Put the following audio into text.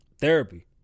therapy